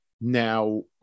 now